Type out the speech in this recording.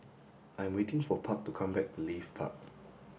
I am waiting for Park to come back from Leith Park